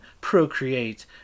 procreate